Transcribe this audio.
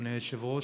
אדוני היושב-ראש,